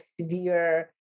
severe